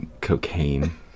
cocaine